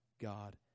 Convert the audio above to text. God